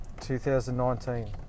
2019